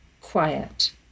quiet